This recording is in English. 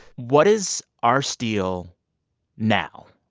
what is our steel now,